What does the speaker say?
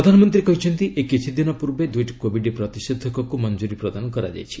ପ୍ରଧାନମନ୍ତ୍ରୀ କହିଛନ୍ତି ଏଇ କିଛିଦିନ ପୂର୍ବେ ଦୁଇଟି କୋବିଡ୍ ପ୍ରତିଷେଧକକୁ ମଞ୍ଜୁରି ପ୍ରଦାନ କରାଯାଇଛି